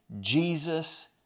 Jesus